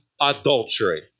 adultery